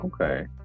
okay